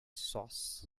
sauce